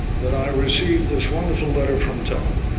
that i received this wonderful letter from tom,